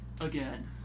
again